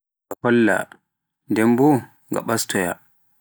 nga holla ndem boo nga ɓastooyaa.